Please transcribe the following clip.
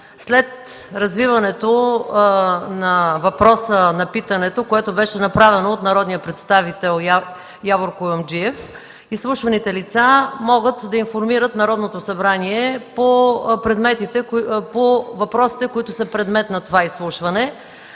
след развиването на питането, направено от народния представител Явор Куюмджиев, изслушваните лица могат да информират Народното събрание по въпросите – предмет на изслушване.